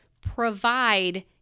provide